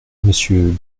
monsieur